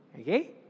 Okay